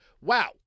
wow